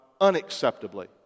unacceptably